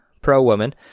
pro-woman